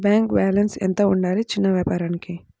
Bank balance ఎంత ఉండాలి చిన్న వ్యాపారానికి?